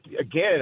again